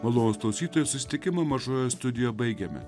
olos klausytojų susitikimą mažojoje studijoje baigiame